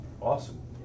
Awesome